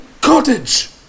cottage